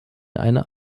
eine